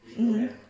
mmhmm